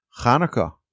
Chanukah